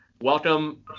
Welcome